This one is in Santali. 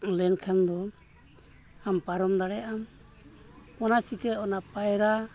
ᱞᱮᱱᱠᱷᱟᱱ ᱫᱚ ᱟᱢ ᱯᱟᱨᱚᱢ ᱫᱟᱲᱮᱭᱟᱜᱼᱟᱢ ᱚᱱᱟ ᱪᱤᱠᱟᱹ ᱚᱱᱟ ᱯᱟᱭᱨᱟ